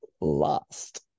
Last